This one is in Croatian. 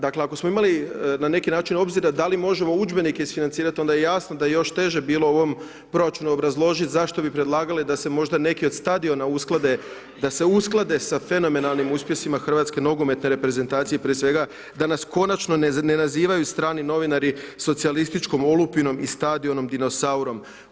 Dakle, ako smo imali na neki način obzira, da li možemo udžbenike isfinancirati onda je jasno da još teže je bilo u ovom proračunu obrazložiti zašto bi predlagali da se možda neki od stadiona usklade da se usklade sa fenomenalnim uspjesima hrvatske nogometne reprezentacije i prije svega da nas konačno ne nazivaju strani novinari socijalističkom olupinom i stadionom dinosaurom.